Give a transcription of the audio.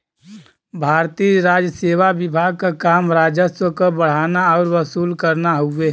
भारतीय राजसेवा विभाग क काम राजस्व क बढ़ाना आउर वसूल करना हउवे